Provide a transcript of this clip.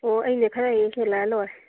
ꯑꯣ ꯑꯩꯅ ꯈꯔ ꯍꯦꯛ ꯍꯦꯜꯂꯛꯑ ꯂꯣꯏꯔꯦ